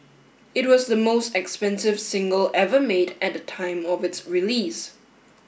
it was the most expensive single ever made at the time of its release